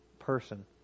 Person